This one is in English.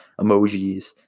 emojis